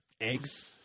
Eggs